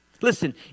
Listen